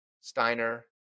Steiner